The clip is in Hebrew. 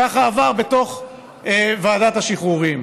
ככה עבר בתוך ועדת השחרורים.